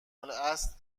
الاصل